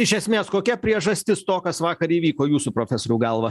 iš esmės kokia priežastis to kas vakar įvyko jūsų profesoriau galva